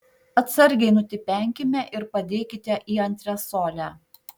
atsargiai nutipenkime ir padėkite į antresolę